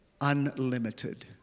Unlimited